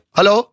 Hello